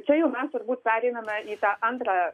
čia jau mes turbūt pereiname į tą antrą